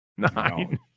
nine